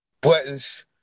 buttons